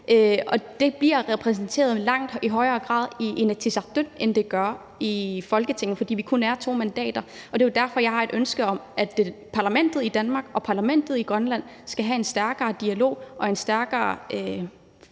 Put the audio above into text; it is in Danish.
og det bliver repræsenteret i langt højere grad i Inatsisartut, end det gør i Folketinget, fordi vi kun er to mandater. Det er derfor, jeg har et ønske om, at parlamentet i Danmark og parlamentet i Grønland skal have en stærkere dialog og en stærkere måde